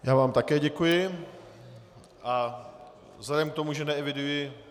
Já vám také děkuji a vzhledem k tomu, že neeviduji...